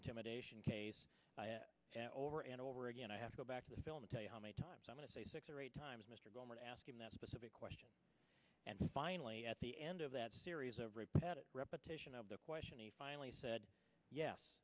intimidation case over and over again i have to go back to the film to tell you how many times i say six or eight times mr gohmert asking that specific question and finally at the end of that series of repetitive repetition of the question he finally said yes